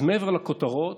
אז מעבר לכותרות